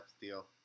deal